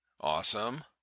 Awesome